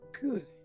good